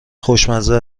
خوشمزه